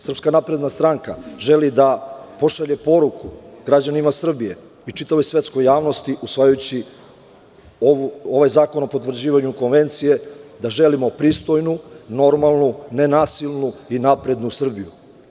Srpska napredna stranka želi da pošalje poruku građanima Srbije i čitavoj svetskoj javnosti, usvajajući ovaj zakon o potvrđivanju konvencije, da želimo pristojnu, normalnu, nenasilnu i naprednu Srbiju.